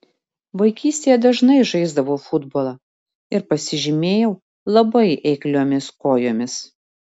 vaikystėje dažnai žaisdavau futbolą ir pasižymėjau labai eikliomis kojomis